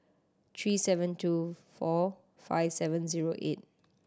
three seven two four five seven zero eight